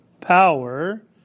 power